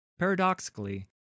Paradoxically